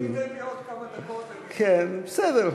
אם תיתן לי עוד כמה דקות אני, כן, בסדר.